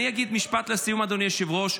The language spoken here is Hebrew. אני אגיד משפט לסיום, אדוני היושב-ראש.